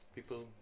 People